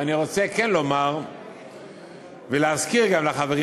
ואני רוצה כן לומר ולהזכיר גם לחברים,